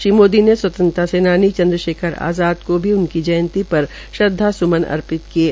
श्री मोदी ने स्वतंत्रता सेनानी चंद्रशेखर आजाद को उनकी जयंती पर श्रद्वास्मन अर्पित किये